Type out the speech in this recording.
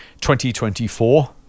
2024